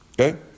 okay